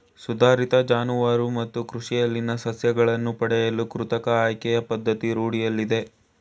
ಸುಧಾರಿತ ಜಾನುವಾರು ಮತ್ತು ಕೃಷಿಯಲ್ಲಿನ ಸಸ್ಯಗಳನ್ನು ಪಡೆಯಲು ಕೃತಕ ಆಯ್ಕೆಯ ಪದ್ಧತಿ ರೂಢಿಯಲ್ಲಿದೆ